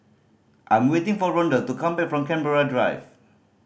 I'm waiting for Rondal to come back from Canberra Drive